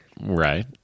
Right